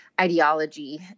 ideology